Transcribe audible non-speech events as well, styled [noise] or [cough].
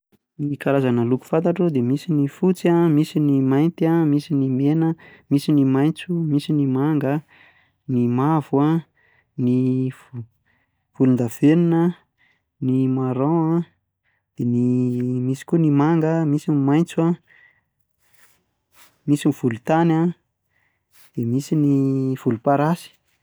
Ny karazana loko fantatro dia misy ny fotsy an, misy ny mainty an, misy ny mena an, misy ny maintso an, misy ny manga an, ny mavo an, ny [hesitation] volondavenona, ny marron an, dia ny [hesitation] misy koa ny manga, misy ny maintso an, misy ny volontany an, dia misy ny voloparasy.